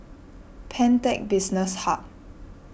Pantech Business Hub